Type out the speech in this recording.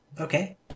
Okay